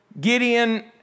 Gideon